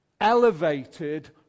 elevated